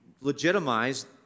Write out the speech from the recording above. legitimize